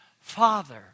Father